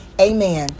amen